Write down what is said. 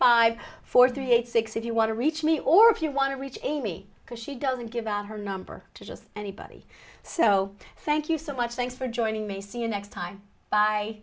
five four three eight six if you want to reach me or if you want to reach me because she doesn't give out her number to just anybody so thank you so much thanks for joining me see you next time by